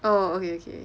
orh okay okay